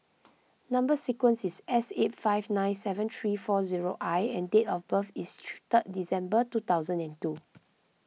Number Sequence is S eight five nine seven three four zero I and date of birth is third December two thousand and two